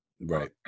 Right